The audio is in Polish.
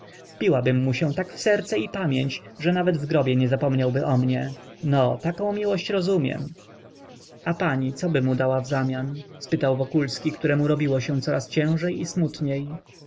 szaleństwa wpiłabym mu się tak w serce i pamięć że nawet w grobie nie zapomniałby o mnie no taką miłość rozumiem a pani coby mu dała wzamian spytał wokulski któremu robiło się coraz ciężej